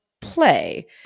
play